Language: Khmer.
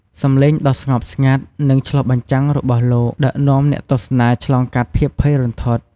សំឡេងដ៏ស្ងប់ស្ងាត់ និងឆ្លុះបញ្ចាំងរបស់លោក ដឹកនាំអ្នកទស្សនាឆ្លងកាត់ភាពភ័យរន្ធត់ ។